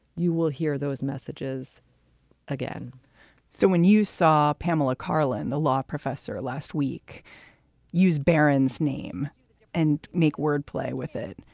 you will hear those messages again so when you saw pamela karlan, the law professor, last week used baron's name and make wordplay with it,